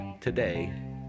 today